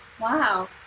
Wow